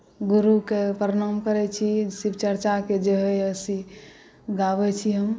गुरुकेँ प्रणाम करैत छी शिव चर्चाके जे होइए से गाबैत छी हम